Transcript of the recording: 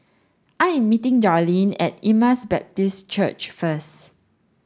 I am meeting Darleen at Emmaus Baptist Church first